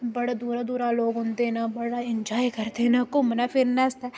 बड़ा दूरा दूरा लोग औंदे न बड़ा इंजोऐ करदे न घूमना फिरने आस्तै